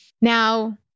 Now